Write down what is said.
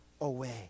away